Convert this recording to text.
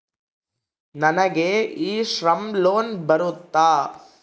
ನನಗೆ e Shram loan ಬರುತ್ತಾ?